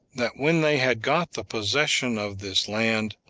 that when they had got the possession of this land,